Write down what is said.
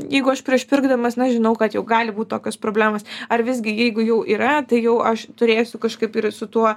jeigu aš prieš pirkdamas na žinau kad jau gali būt tokios problemos ar visgi jeigu jau yra tai jau aš turėsiu kažkaip ir su tuo